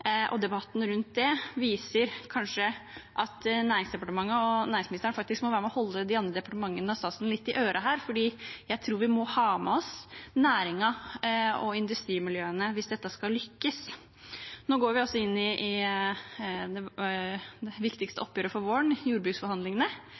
og debatten rundt den kanskje viser at Næringsdepartementet og næringsministeren faktisk må være med og holde de andre departementene litt i ørene, for jeg tror vi må ha med oss næringen og industrimiljøene hvis dette skal lykkes. Nå går vi inn i det viktigste oppgjøret for våren, jordbruksforhandlingene. Det